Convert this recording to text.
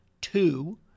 Two